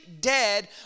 dead